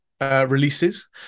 Releases